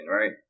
right